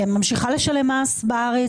היא ממשיכה לשלם מס בארץ,